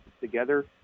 together